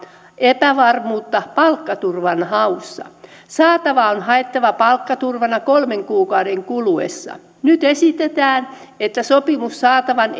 epävarmuutta palkkaturvan haussa saatava on haettava palkkaturvana kolmen kuukauden kuluessa nyt esitetään että sopimus saatavan